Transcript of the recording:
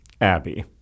Abby